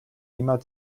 immer